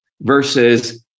versus